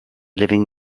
living